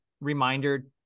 reminder